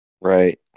Right